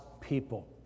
people